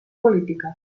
política